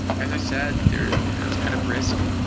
as i said, there there was kind of risk.